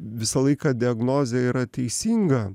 visą laiką diagnozė yra teisinga